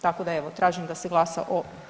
Tako da evo tražim da se glasa.